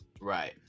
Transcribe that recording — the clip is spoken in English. Right